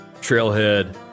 trailhead